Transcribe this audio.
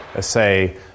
say